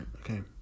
okay